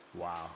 Wow